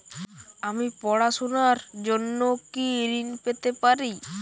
আমি পড়াশুনার জন্য কি ঋন পেতে পারি?